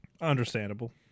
Understandable